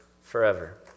forever